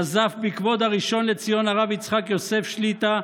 נזף בכבוד הראשון לציון הרב יצחק יוסף שליט"א